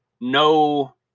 no